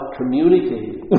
communicating